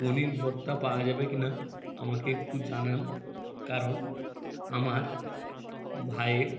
পনির ভর্তা পাওয়া যাবে কি না আমাকে একটু জানান কারণ আমার ভাইয়ের